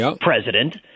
president